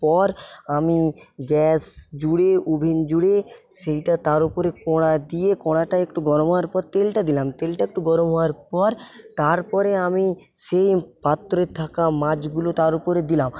পর আমি গ্যাস জুড়ে ওভেন জুড়ে সেইটা তার উপরে কড়া দিয়ে কড়াটা একটু গরম হবার পর তেলটা দিলাম তেলটা একটু গরম হওয়ার পর তারপরে আমি সে পাত্রে থাকা মাছগুলো তার উপরে দিলাম